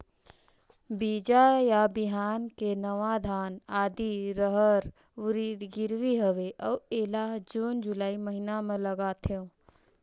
बीजा या बिहान के नवा धान, आदी, रहर, उरीद गिरवी हवे अउ एला जून जुलाई महीना म लगाथेव?